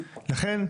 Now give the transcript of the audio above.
לכן,